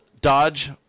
Dodge